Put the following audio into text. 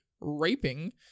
raping